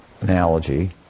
analogy